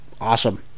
awesome